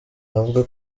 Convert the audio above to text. avuga